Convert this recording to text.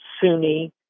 Sunni